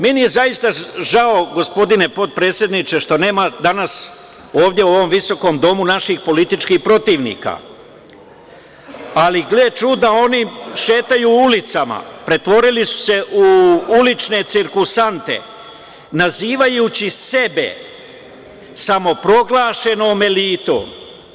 Meni je zaista žao, gospodine potpredsedniče, što nema danas ovde u ovom visokom domu naših političkih protivnika, ali gle čuda, oni šetaju ulicama pretvorili su se u ulične cirkuzante, nazivajući sebe samoproglašenom elitom.